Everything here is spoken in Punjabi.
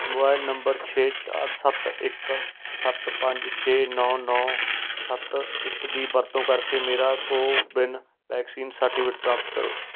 ਮੋਬਾਇਲ ਨੰਬਰ ਛੇ ਚਾਰ ਸੱਤ ਇੱਕ ਸੱਤ ਪੰਜ ਛੇ ਨੌ ਨੌ ਸੱਤ ਇੱਕ ਦੀ ਵਰਤੋਂ ਕਰਕੇ ਮੇਰਾ ਕੋਵਿਨ ਵੈਕਸੀਨ ਸਰਟੀਫਿਕੇਟ ਪ੍ਰਾਪਤ ਕਰੋ